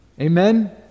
Amen